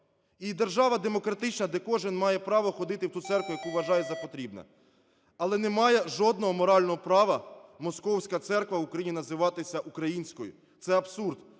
і держава демократична, де кожен має право ходити в ту церкву, яку вважає за потрібне. Але не має жодного морального права московська церква в Україні називатися українською – це абсурд.